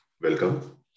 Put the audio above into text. Welcome